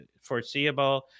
foreseeable